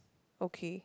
okay